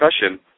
discussion